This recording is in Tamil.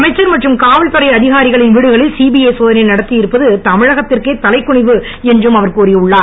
அமைச்சர் மற்றும் காவல்துறை அதிகாரிகளின் வீடுகளில் சிபிஐ சோதனை நடத்தியிருப்பது தமிழகத்திற்கே தலைகுனிவு என்றும் அவர் கூறியுள்ளார்